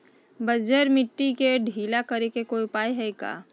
बंजर मिट्टी के ढीला करेके कोई उपाय है का?